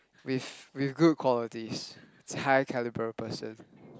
with with good qualities is high calibre person